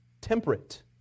temperate